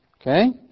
Okay